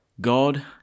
God